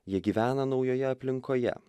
jie gyvena naujoje aplinkoje